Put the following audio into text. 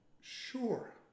Sure